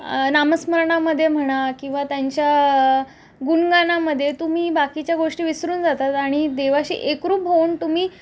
नामस्मरणामध्ये म्हणा किंवा त्यांच्या गुणगानामध्ये तुम्ही बाकीच्या गोष्टी विसरून जातात आणि देवाशी एकरूप होऊन तुम्ही